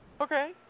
Okay